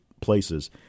Places